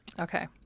Okay